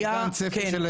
אומדן צפי?